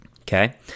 Okay